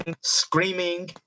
screaming